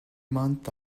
month